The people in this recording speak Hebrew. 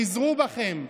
חזרו בכם.